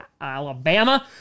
Alabama